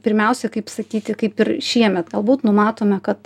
pirmiausia kaip sakyti kaip ir šiemet galbūt numatome kad